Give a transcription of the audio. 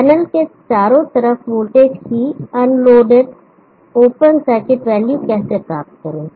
panel के चारों तरफ वोल्टेज की अनलोडेड ओपन सर्किट वैल्यू कैसे प्राप्त करें